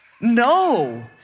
No